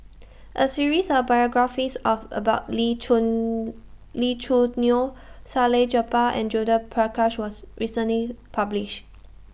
A series of biographies of about Lee Chun Lee Choo Neo Salleh Japar and Judith Prakash was recently published